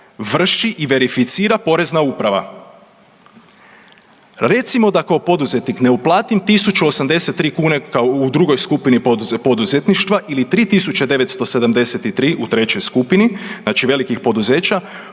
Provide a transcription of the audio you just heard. vrši i verificira Porezna uprava. Recimo da kao poduzetnik ne uplatim 1.083 kune kao u drugoj skupini poduzetništva ili 3.973 u trećoj skupini velikih poduzeća,